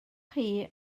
chi